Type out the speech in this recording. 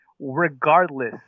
Regardless